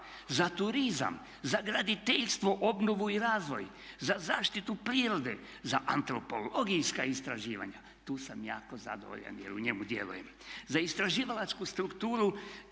za turizam, za graditeljstvo, obnovu i razvoj, za zaštitu prirode, za antropologijska istraživanja. Tu sam jako zadovoljan jer u njemu djelujem. Za istraživalačku strukturu